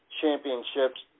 championships